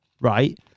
right